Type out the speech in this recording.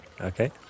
okay